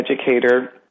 educator